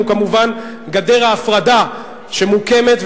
הוא כמובן גדר ההפרדה שמוקמת.